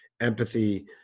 empathy